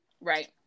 Right